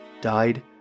died